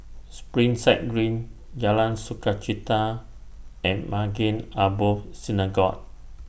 Springside Green Jalan Sukachita and Maghain Aboth Synagogue